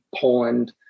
Poland